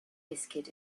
biscuit